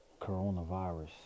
Coronavirus